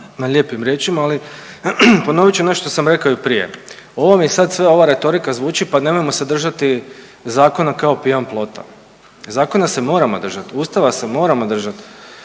lijepim riječima, ali ponovit ću ono što sam rekao i prije. Ovo mi sad sve ova retorika zvuči pa nemojmo se držati zakona kao pijan plota. Zakona se moramo držati, Ustava se moramo držati.